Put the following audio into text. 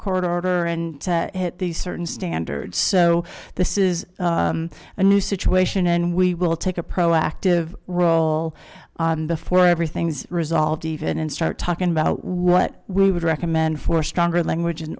court order and hit these certain standards so this is a new situation and we will take a proactive role before everything's resolved even and start talking about what we would recommend for stronger language an